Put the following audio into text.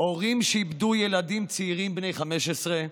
הורים שאיבדו ילדים צעירים בני 15,